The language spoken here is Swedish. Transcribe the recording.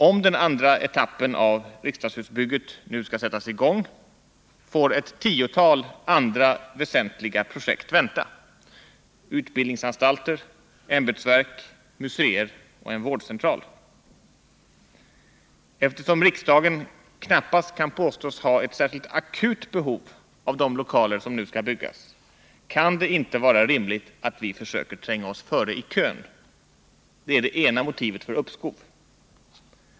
Om den andra etappen av riksdagshusbygget nu skall sättas i gång får ett tiotal andra väsentliga projekt vänta — utbildningsanstalter, ämbetsverk, museer och en vårdcentral. Eftersom riksdagen knappast kan påstås ha ett särskilt akut behov av de lokaler som nu skall byggas, kan det inte vara rimligt att vi försöker tränga oss före i kön. Det är det ena motivet för uppskov.